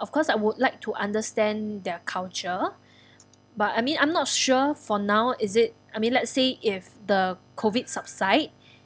of course I would like to understand their culture but I mean I'm not sure for now is it I mean let's say if the COVID subside